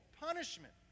punishment